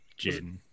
Jaden